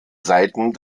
seiten